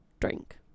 drink